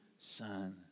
son